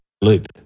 loop